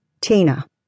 Tina